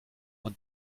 man